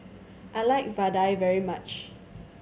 I like vadai very much